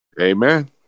Amen